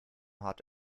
hot